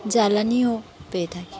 জ্বালানিও পেয়ে থাকে